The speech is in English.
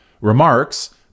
remarks